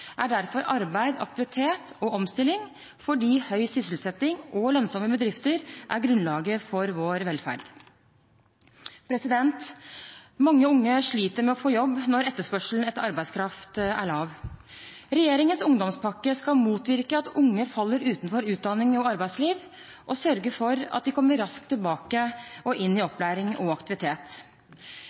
er derfor arbeid, aktivitet og omstilling, fordi høy sysselsetting og lønnsomme bedrifter er grunnlaget for vår velferd. Mange unge sliter med å få jobb når etterspørselen etter arbeidskraft er lav. Regjeringens ungdomspakke skal motvirke at unge faller utenfor utdanning og arbeidsliv og sørge for at de kommer raskt over i opplæring og aktivitet.